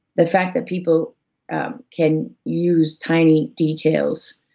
the fact that people can use tiny details,